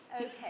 Okay